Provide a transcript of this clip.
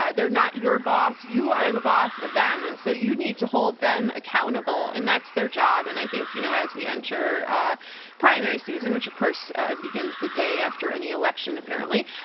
ah they're not your boss. you are the boss of them. and so you need to hold them accountable, and that's their job. and i think you know as we enter primary season, which of course begins the day after any election, apparently,